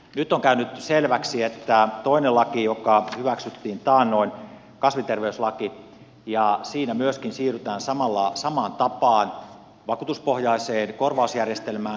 nyt on käynyt selväksi että toisessa laissa joka hyväksyttiin taannoin kasviterveyslaissa myöskin siirrytään samaan tapaan vakuutuspohjaiseen korvausjärjestelmään